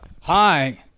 Hi